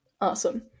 Awesome